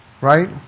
right